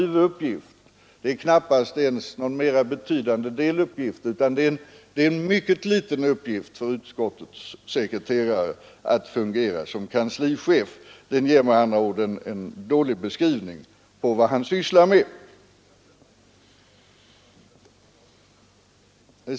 Av beskrivningen av knappast ens någon mera betydande deluppgift utan det är en mycket liten uppgift för utskottets sekreterare att fungera som kanslichef. Titeln ger med andra ord en dålig beskrivning på vad han sysslar med.